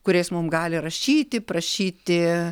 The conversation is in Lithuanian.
kuriais mum gali rašyti prašyti